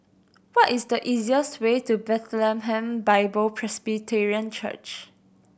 what is the easiest way to Bethlehem Bible Presbyterian Church